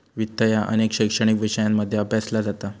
वित्त ह्या अनेक शैक्षणिक विषयांमध्ये अभ्यासला जाता